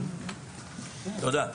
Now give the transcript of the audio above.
תודה.